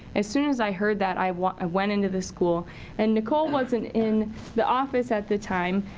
as soon as i heard that i went went into the school and nicole wasn't in the office at the time.